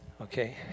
okay